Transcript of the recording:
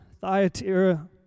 Thyatira